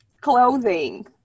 clothing